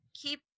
keep